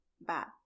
bad